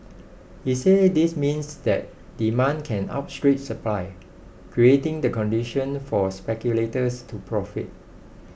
he said this means that demand can outstrip supply creating the condition for speculators to profit